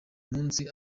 munsi